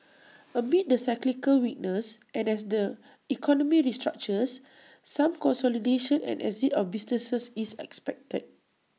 amid the cyclical weakness and as the economy restructures some consolidation and exit of businesses is expected